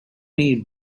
made